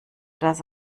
das